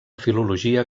filologia